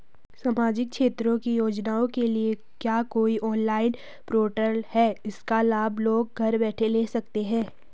सामाजिक क्षेत्र की योजनाओं के लिए क्या कोई ऑनलाइन पोर्टल है इसका लाभ लोग घर बैठे ले सकते हैं?